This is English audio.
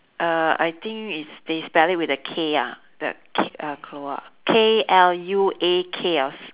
uh I think it's they spell it with the K ah the k~ uh keluak K L U A K or s~